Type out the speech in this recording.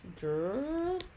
Girl